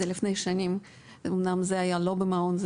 זה היה לפני שנים אומנם לא במעון אלא